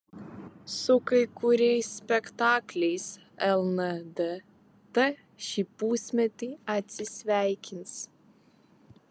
su kai kuriais spektakliais lndt šį pusmetį atsisveikins